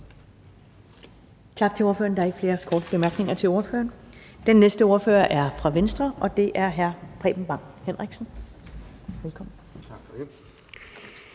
Tak til ordføreren. Der er ikke flere korte bemærkninger til ordføreren. Den næste ordfører er fra Venstre, og det er hr. Preben Bang Henriksen. Velkommen. Kl.